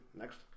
Next